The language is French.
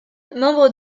membre